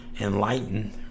enlightened